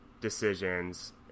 decisions